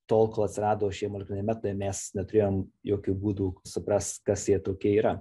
tol kol atsirado šie molekuliniai metodai mes neturėjom jokių būdų suprast kas jie tokie yra